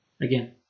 again